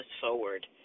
forward